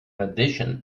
addition